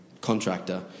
contractor